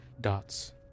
dots